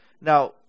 Now